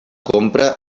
compra